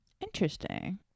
Interesting